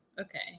Okay